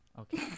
Okay